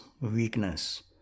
weakness